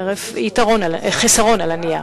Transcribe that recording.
חרף חיסרון על הנייר,